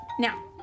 Now